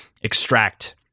extract